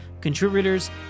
contributors